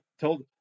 told